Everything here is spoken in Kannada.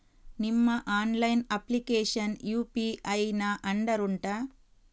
ನಿಮ್ಮ ಆನ್ಲೈನ್ ಅಪ್ಲಿಕೇಶನ್ ಯು.ಪಿ.ಐ ನ ಅಂಡರ್ ಉಂಟಾ